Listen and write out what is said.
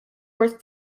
worth